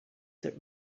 that